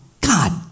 god